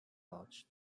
gauge